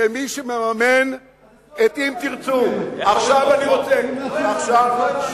במי שמממן את "אם תרצו" מה שמו?